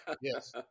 Yes